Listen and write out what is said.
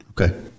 Okay